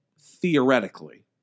theoretically